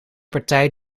partij